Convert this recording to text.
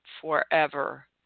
forever